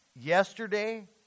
yesterday